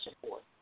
support